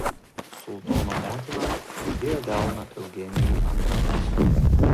sultono motina uždėjo delną eugenijai ant rankos